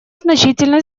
значительно